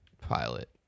pilot